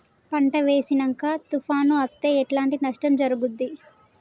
పంట వేసినంక తుఫాను అత్తే ఎట్లాంటి నష్టం జరుగుద్ది?